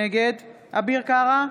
נגד אביר קארה,